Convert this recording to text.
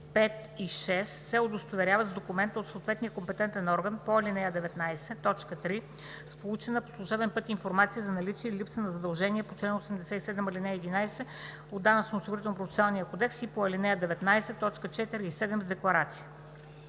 5 и 6 се удостоверяват с документ от съответния компетентен орган, по ал. 19, т. 3 с получена по служебен път информация за наличие или липса на задължения по чл. 87, ал. 11 от Данъчно-осигурителния процесуален кодекс, а по ал. 19, т. 4 и 7 – с декларация.“